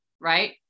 right